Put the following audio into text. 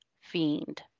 fiend